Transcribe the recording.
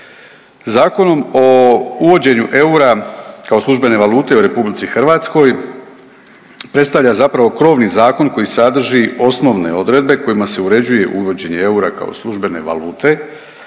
Zakonom o uvođenju eura kao službene valute u Republici Hrvatskoj predstavlja zapravo krovni zakon koji sadrži osnovne odredbe kojima se uređuje uvođenje eura kao službene valute